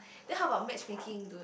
then how about matchmaking dude